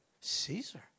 Caesar